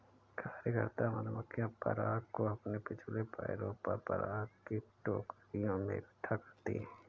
कार्यकर्ता मधुमक्खियां पराग को अपने पिछले पैरों पर पराग की टोकरियों में इकट्ठा करती हैं